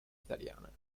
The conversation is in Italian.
italiana